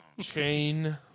Chain